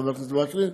חבר כנסת וקנין,